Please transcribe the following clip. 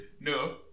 No